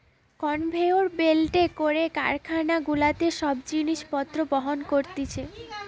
conveyor বেল্টে করে কারখানা গুলাতে সব জিনিস পত্র বহন করতিছে